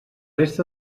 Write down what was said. resta